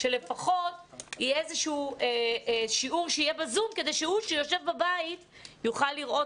שלפחות יהיה איזשהו שיעור שיהיה בזום כדי שהוא שיושב בבית ויוכל לראות